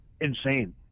insane